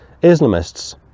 islamists